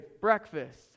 breakfast